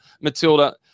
Matilda